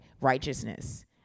righteousness